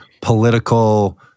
political